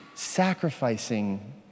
sacrificing